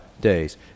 days